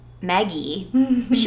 Maggie